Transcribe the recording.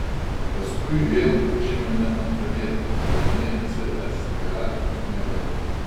paskui vėl užėmėme antrą vietą pralaimėję cska finale